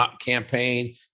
campaign